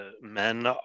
men